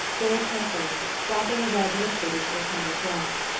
very carefully, dropping a red liquid into a tiny glass.